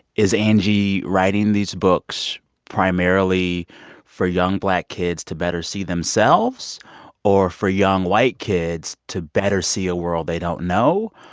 is angie writing these books primarily for young black kids to better see themselves or for young white kids to better see a world they don't know?